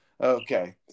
okay